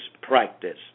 practice